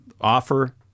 offer